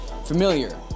familiar